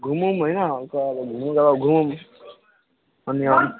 घुमौँ होइन हल्का अब घुम्ने जग्गा घुमौँ अनि